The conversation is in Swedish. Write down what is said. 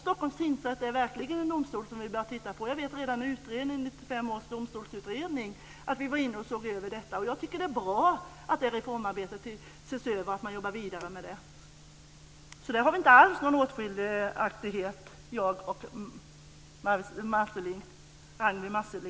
Stockholms tingsrätt är verkligen en domstol vi bör titta på. Jag vet att vi redan i 1995 års domstolsutredning såg över detta. Jag tycker att det är bra att det reformarbetet ses över och att man jobbar vidare med det, så där finns inte alls någon meningsskiljaktighet mellan mig och Ragnwi